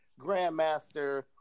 grandmaster